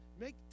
Make